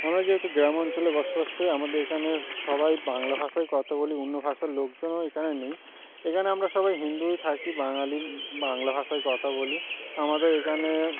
আমরা যেহেতু গ্রাম অঞ্চলে বসবাস করি আমাদের এখানে সবাই বাংলা ভাষায় কথা বলি অন্য ভাষার লোকজনও এখানে নেই এখানে আমরা সবাই হিন্দুই থাকি বাঙালি বাংলা ভাষায় কথা বলি আমাদের এখানে